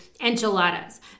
Enchiladas